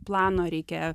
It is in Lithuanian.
plano reikia